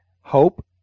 hope